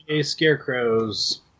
Scarecrows